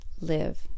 live